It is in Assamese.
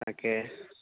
তাকে